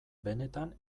benetan